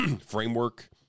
framework